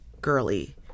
girly